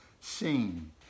seen